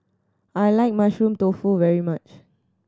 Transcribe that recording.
I like Mushroom Tofu very much